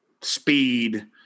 speed